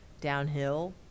downhill